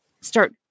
start